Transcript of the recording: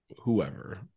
whoever